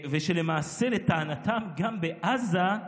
ושלמעשה, לטענתם, גם בעזה,